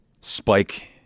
spike